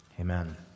amen